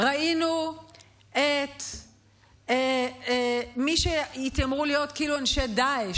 ראינו את מי שאמורים להיות כאילו אנשי דאעש,